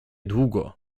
długo